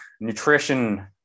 nutrition